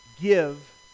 give